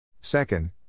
Second